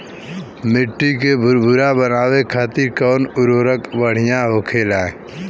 मिट्टी के भूरभूरा बनावे खातिर कवन उर्वरक भड़िया होखेला?